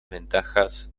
ventajas